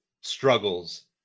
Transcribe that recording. struggles